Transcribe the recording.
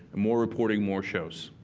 more reporting, more shows.